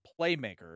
playmaker